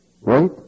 right